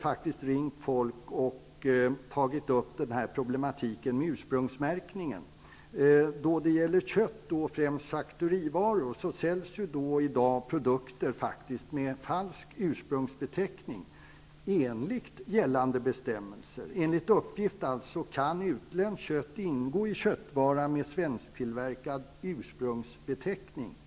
Folk har ringt och frågat om ursprungsmärkningen. Då det gäller kött, och främst charkuterivaror, kan man i dag sälja produkter med falsk ursprungsbeteckning enligt gällande bestämmelser. Enligt uppgift kan utländskt kött ingå i köttvara med svensk ursprungsbeteckning.